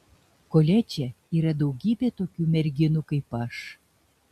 koledže yra daugybė tokių merginų kaip aš